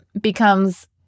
becomes